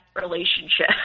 relationship